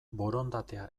borondatea